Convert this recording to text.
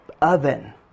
oven